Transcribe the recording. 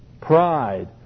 pride